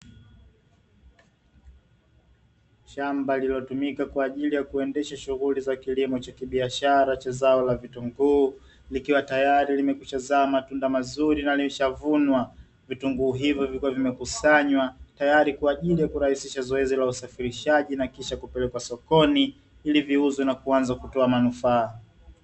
Shamba lililotumika kwajili ya kuendesha shughuli za kilimo cha kibiashara cha zao la vitunguu likiwa tayari limekwisha zaa matunda mazuri na lishavunwa, vitunguu hivyo vikiwa vimekusanywa tayari kwajili ya kurahisisha zoezi la usafirishaji na kisha kupelekwa sokoni ili viuzwe na kuanza kutoa manufaa.